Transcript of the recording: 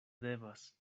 devas